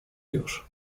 już